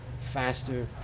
faster